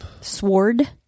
Sword